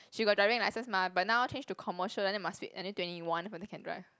she got driving licence mah but now change to commercial and then must wait at least twenty one before can drive